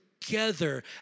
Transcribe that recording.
together